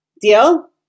Deal